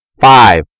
five